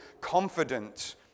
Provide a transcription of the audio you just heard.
confident